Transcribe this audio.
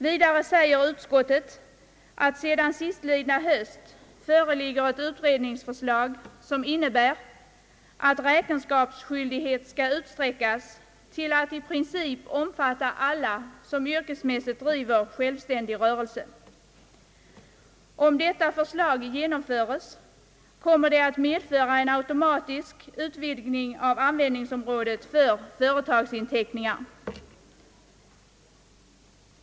Vidare säger utskottet att sedan sistlidna höst föreligger ett utredningsförslag som innebär att räkenskapsskyl digheten skall utsträckas till att i princip omfatta alla som yrkesmässigt driver självständig rörelse. Om detta förslag genomföres, kommer det att medföra en automatisk utvidgning av användningsområdet för företagsinteckning.